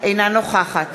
אינה נוכחת